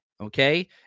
Okay